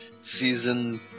season